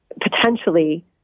potentially